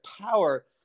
power